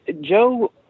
Joe